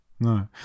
No